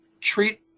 treat